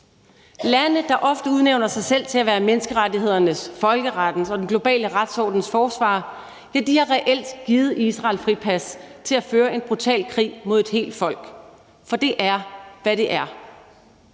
Lande, der ofte udnævner sig selv til at være menneskerettighedernes, folkerettens og den globale retsordens forsvarere, har reelt givet Israel fripas til at føre en brutal krig mod et helt folk. For det er, hvad det er.